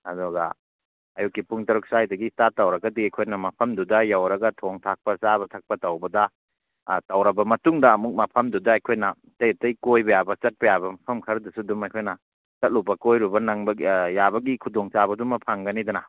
ꯑꯗꯨꯒ ꯑꯌꯨꯛꯀꯤ ꯄꯨꯡ ꯇꯔꯨꯛ ꯁ꯭ꯋꯥꯏꯗꯒꯤ ꯏꯁꯇꯥꯔꯠ ꯇꯧꯔꯒꯗꯤ ꯑꯩꯈꯣꯏꯅ ꯃꯐꯝꯗꯨꯗ ꯌꯧꯔꯒ ꯊꯣꯡ ꯊꯥꯛꯄ ꯆꯥꯕ ꯊꯛꯄ ꯇꯧꯕꯗ ꯇꯧꯔꯕ ꯃꯇꯨꯡꯗ ꯑꯃꯨꯛ ꯃꯐꯝꯗꯨꯗ ꯑꯩꯈꯣꯏꯅ ꯑꯇꯩ ꯑꯇꯩ ꯀꯣꯏꯕ ꯌꯥꯕ ꯆꯠꯄ ꯌꯥꯕ ꯃꯐꯝ ꯈꯔꯗꯁꯨ ꯑꯗꯨꯝ ꯑꯩꯈꯣꯏꯅ ꯆꯠꯂꯨꯕ ꯀꯣꯏꯔꯨꯕ ꯌꯥꯕꯒꯤ ꯈꯨꯗꯣꯡꯆꯥꯕꯗꯨꯃ ꯐꯪꯒꯅꯤꯗꯅ